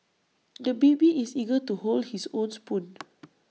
the baby is eager to hold his own spoon